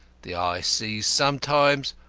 the eye sees, sometimes,